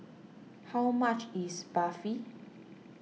how much is Barfi